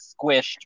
squished